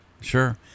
sure